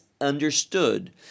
understood